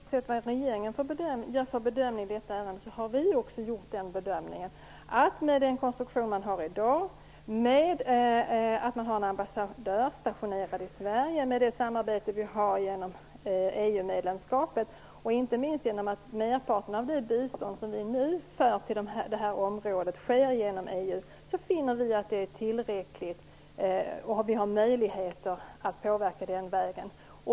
Fru talman! Oavsett vad regeringen gör för bedömning i detta ärende har vi också gjort en bedömning. Med den konstruktion vi har i dag med en ambassadör stationerad i Sverige, med det samarbete vi har genom EU-medlemskapet och inte minst genom att merparten av det bistånd som vi nu för över till det här området går genom EU, finner vi att det är tillräckligt och att vi har möjligheter att påverka den vägen.